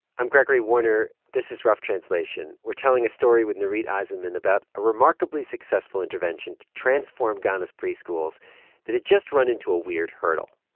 i'm gregory warner. this is rough translation. we're telling a story with nurith aizenman about a remarkably successful intervention to transform ghana's preschools that had just run into a weird hurdle.